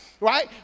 right